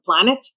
planet